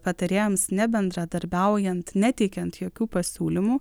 patarėjams nebendradarbiaujant neteikiant jokių pasiūlymų